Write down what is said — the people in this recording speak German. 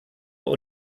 oder